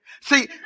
See